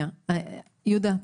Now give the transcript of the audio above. יהודה,